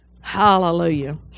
Hallelujah